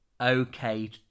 okay